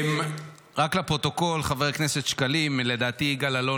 רק לפרוטוקול, חבר הכנסת שקלים, לדעתי יגאל אלון